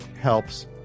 helps